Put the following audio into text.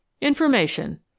Information